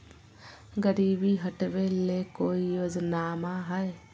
गरीबी हटबे ले कोई योजनामा हय?